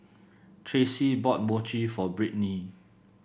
Tracee bought Mochi for Brittni